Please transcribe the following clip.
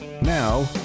now